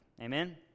Amen